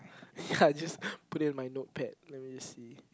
ya just put it in my notepad let me just see